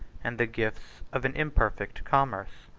and the gifts of an imperfect commerce.